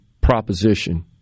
proposition